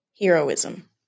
heroism